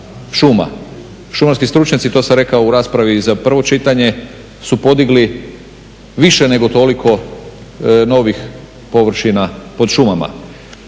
Šumski stručnjaci, to sam rekao u raspravi za prvo čitanje, su podigli više nego toliko novih površina pod šumama.